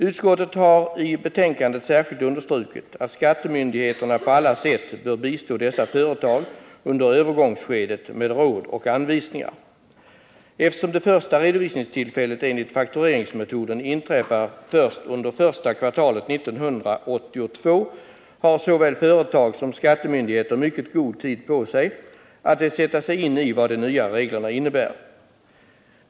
Utskottet har i betänkandet särskilt understrukit att skattemyndigheterna på alla sätt bör bistå dessa företag i övergångsskedet med råd och anvisningar. Eftersom det första redovisningstillfället enligt faktureringsmetoden inträffar först under första kvartalet 1982 har såväl företag som skattemyndigheter mycket god tid på sig att sätta sig in i vad de nya reglerna innebär.